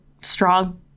strong